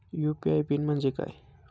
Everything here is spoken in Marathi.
यू.पी.आय पिन म्हणजे काय?